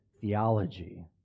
theology